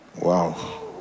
Wow